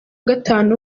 gatanu